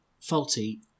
faulty